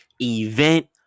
event